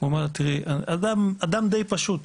אדם די פשוט,